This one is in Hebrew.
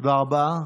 תודה רבה.